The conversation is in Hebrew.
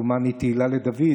דומני תהילה לדוד,